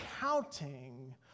counting